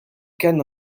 cane